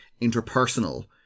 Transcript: interpersonal